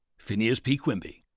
phineas p. quimby.